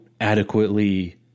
adequately